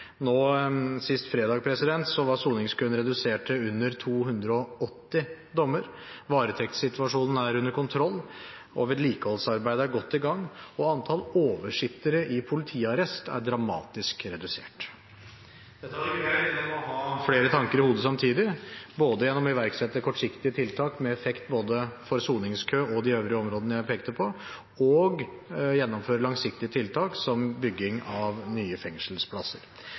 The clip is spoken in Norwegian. Sist fredag var soningskøen redusert til under 280 dommer. Varetektssituasjonen er under kontroll, vedlikeholdsarbeidet er godt i gang, og antall oversittere i politiarrest er dramatisk redusert. Dette har vi greid gjennom å ha flere tanker i hodet samtidig, både gjennom å iverksette kortsiktige tiltak med effekt både for soningskø og de øvrige områdene jeg pekte på, og å gjennomføre langsiktige tiltak som bygging av nye fengselsplasser.